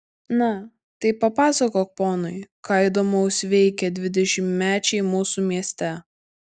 na tai papasakok ponui ką įdomaus veikia dvidešimtmečiai mūsų mieste